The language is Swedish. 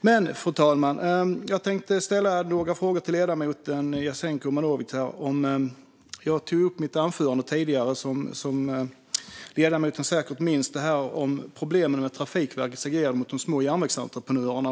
Men, fru talman, jag tänkte ställa några frågor till ledamoten Jasenko Omanovic om något som jag tog upp i mitt anförande. Ledamoten minns säkert att jag tog upp problemen med Trafikverkets agerande mot de små järnvägsentreprenörerna.